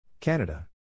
Canada